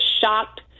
shocked